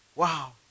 Wow